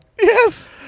Yes